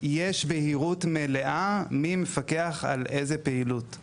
יש בהירות מלאה מי מפקח על איזו פעילות?